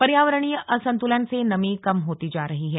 पर्यावरणीय असंतुलन से नमी कम होती जा रही है